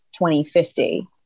2050